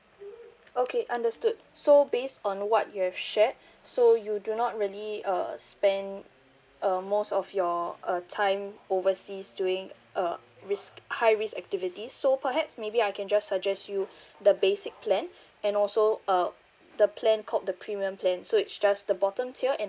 okay understood so based on what you have shared so you do not really uh spend uh most of your uh time overseas doing uh risk high risk activity so perhaps maybe I can just suggest you the basic plan and also uh the plan called the premium plan so it's just the bottom tier and